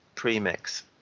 premix